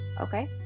okay